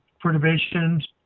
perturbations